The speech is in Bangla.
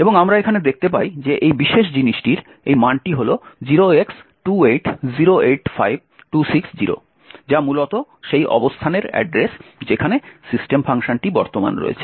এবং আমরা এখানে দেখতে পাই যে এই বিশেষ জিনিসটির এই মানটি হল 0x28085260 যা মূলত সেই অবস্থানের অ্যাড্রেস যেখানে সিস্টেম ফাংশনটিি বর্তমান রয়েছে